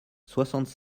soixante